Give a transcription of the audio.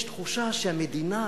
יש תחושה שהמדינה,